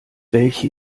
welche